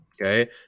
Okay